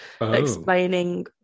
explaining